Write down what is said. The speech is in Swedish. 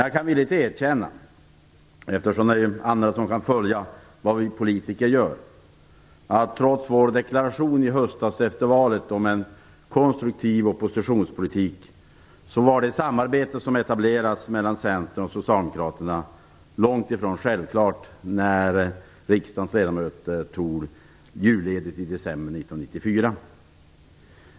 Jag kan villigt erkänna, eftersom andra skall kunna följa vad vi politiker gör, att trots vår deklaration i höstas efter valet om en konstruktiv oppositionspolitik var det samarbete som etablerades mellan Centern och Socialdemokraterna var långt ifrån självklart när riksdagens ledamöter tog julledigt i december 1994.